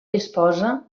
disposa